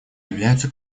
являются